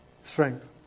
strength